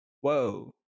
Whoa